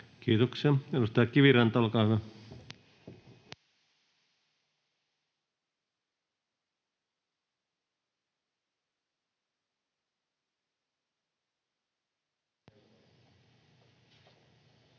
Kiitoksia. — Edustaja Kiviranta, olkaa hyvä.